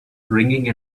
ringing